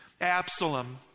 Absalom